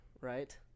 right